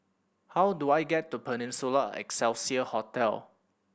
how do I get to Peninsula Excelsior Hotel